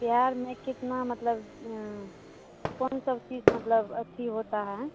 बिहार में कितना मतलब कौन सी चीज़ मतलब अथि होता है